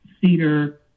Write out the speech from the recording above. Cedar